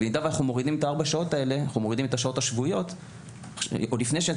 במידה ואנחנו מורידים את ארבע השעות השבועיות האלה --- הפתרון